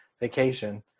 vacation